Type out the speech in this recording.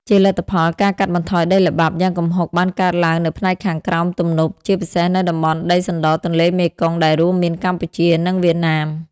ជាលទ្ធផល ការកាត់បន្ថយដីល្បាប់ យ៉ាងគំហុកបានកើតឡើងនៅផ្នែកខាងក្រោមទំនប់ ជាពិសេសនៅតំបន់ដីសណ្ដរទន្លេមេគង្គដែលរួមមានកម្ពុជា និងវៀតណាម។